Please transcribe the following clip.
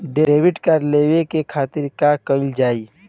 Debit card लेवे के खातिर का कइल जाइ?